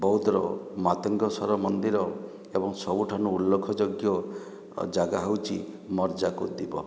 ବୌଦ୍ଧର ମାତେଙ୍ଗେଶ୍ଵର ମନ୍ଦିର ଏବଂ ସବୁଠାନୁ ଉଲ୍ଲଖଯୋଗ୍ୟ ଜାଗା ହେଉଛି ମର୍ଜାକୁଦ ଦ୍ଵୀପ